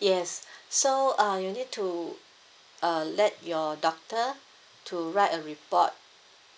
yes so uh you need to uh let your doctor to write a report